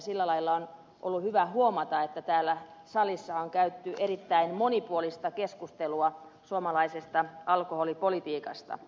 sillä lailla on ollut hyvä huomata että täällä salissa on käyty erittäin monipuolista keskustelua suomalaisesta alkoholipolitiikasta